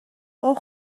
اوه